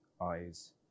eyes